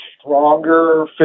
stronger